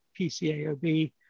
PCAOB